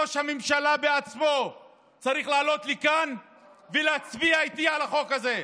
ראש הממשלה בעצמו צריך לעלות לכאן ולהצביע איתי על החוק הזה.